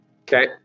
Okay